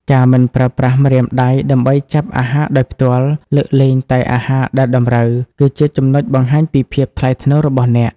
ការមិនប្រើប្រាស់ម្រាមដៃដើម្បីចាប់អាហារដោយផ្ទាល់ លើកលែងតែអាហារដែលតម្រូវ គឺជាចំណុចបង្ហាញពីភាពថ្លៃថ្នូររបស់អ្នក។